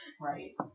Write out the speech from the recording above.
right